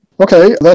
Okay